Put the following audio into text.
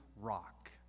rock